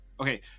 Okay